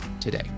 today